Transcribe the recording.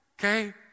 okay